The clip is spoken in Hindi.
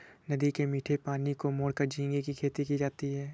नदी के मीठे पानी को मोड़कर झींगे की खेती की जाती है